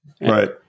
Right